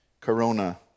corona